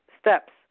steps